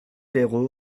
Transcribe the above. peiro